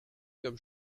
comme